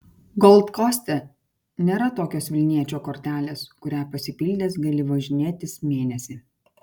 gold koste nėra tokios vilniečio kortelės kurią pasipildęs gali važinėtis mėnesį